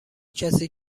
کسی